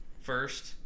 first